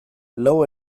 lau